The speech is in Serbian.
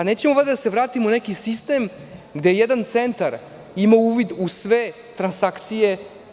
Nećemo valjda da se vratimo u neki sistem gde jedan centar ima uvid u sve transakcije?